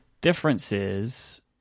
differences